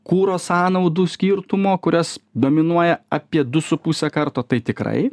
kuro sąnaudų skirtumo kurias dominuoja apie du su puse karto tai tikrai